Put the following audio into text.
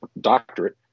doctorate